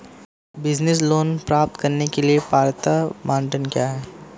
Business loan प्राप्त करने के लिए पात्रता मानदंड क्या हैं?